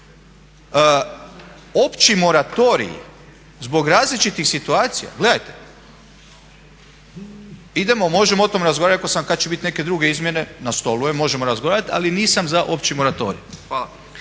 Opći moratorij zbog različitih situacija, gledajte. Idemo, možemo o tome razgovarati, rekao sam kad će biti neke druge izmjene, na stolu je, možemo razgovarati, ali nisam za opći moratorij.